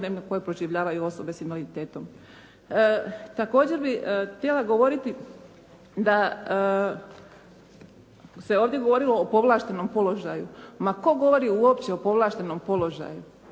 koje proživljavaju osobe s invaliditetom. Također bih htjela govoriti da se ovdje govorilo o povlaštenom položaju. Ma tko govori uopće u povlaštenom položaju.